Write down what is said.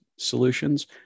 solutions